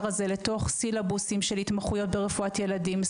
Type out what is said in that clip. הזה לתוך סילבוסים של התמחויות ברפואת ילדים,